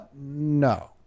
No